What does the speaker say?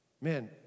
Man